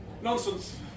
Nonsense